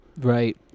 Right